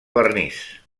vernís